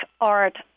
art